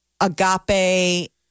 Agape